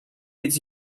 its